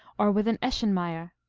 or with an eschenmayer.